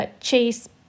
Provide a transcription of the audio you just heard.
Chase